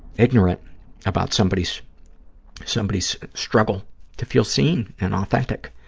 ignorant about somebody's somebody's struggle to feel seen and authentic.